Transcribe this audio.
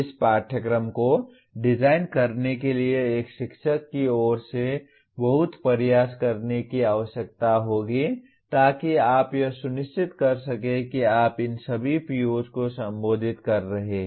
इस पाठ्यक्रम को डिजाइन करने के लिए एक शिक्षक की ओर से बहुत प्रयास करने की आवश्यकता होगी ताकि आप यह सुनिश्चित कर सकें कि आप इन सभी POs को संबोधित कर रहे हैं